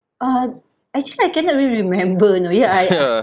uh actually I cannot really remember you know ya I